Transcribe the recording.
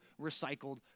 recycled